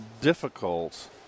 difficult